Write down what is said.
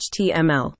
html